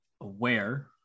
aware